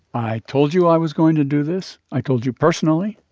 i told you i was going to do this. i told you personally.